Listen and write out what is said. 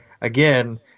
again